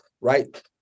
right